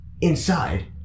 inside